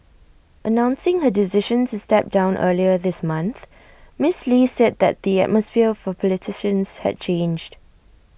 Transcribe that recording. announcing her decision to step down earlier this month miss lee said then that the atmosphere for politicians had changed